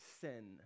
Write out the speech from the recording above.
sin